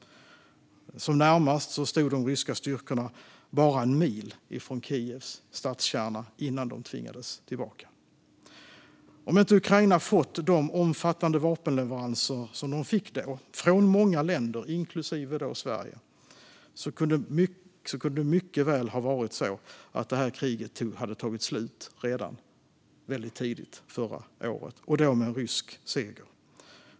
Som närmast stod de ryska styrkorna bara en mil från Kievs stadskärna innan de tvingades tillbaka. Om Ukraina inte hade fått de omfattande vapenleveranser de då fick från många länder, inklusive Sverige, kunde det mycket väl ha blivit så att kriget hade tagit slut väldigt tidigt under förra året - och då med rysk seger.